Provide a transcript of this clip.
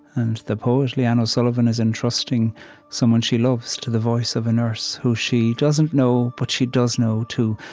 and the poet, leanne o'sullivan, is entrusting someone she loves to the voice of a nurse who she doesn't know, but she does know, too,